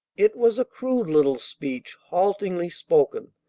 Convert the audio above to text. it was a crude little speech, haltingly spoken,